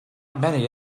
many